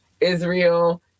Israel